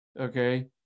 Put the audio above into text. okay